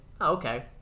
okay